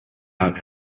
out